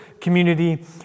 community